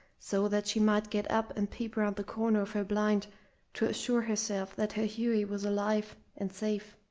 so that she might get up and peep round the corner of her blind to assure herself that her hughie was alive and safe,